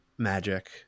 magic